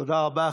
תודה רבה.